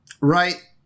Right